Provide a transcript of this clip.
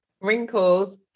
wrinkles